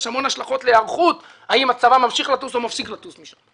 יש המון השלכות להיערכות האם הצבא ממשיך לטוס או מפסיק לטוס משם.